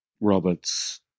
Roberts